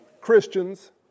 Christians